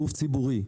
גוף ציבורי,